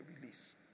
release